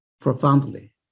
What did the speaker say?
profoundly